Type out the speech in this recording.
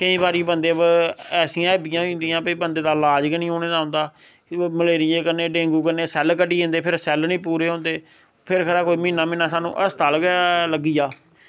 केंई बारी बंदे पर ऐसियां हैब्बियां होई जंदियां भाई बंदे दा लाज़ गै नी होने दा होंदा फ्ही ओह् मलेरिये कन्नै डेंगू कन्नै सैल्ल कटी जंदे फिर सैल्ल नी पूरे होंदे फिर खबरै म्हीना म्हीना स्हानू हस्पताल गै लग्गी जा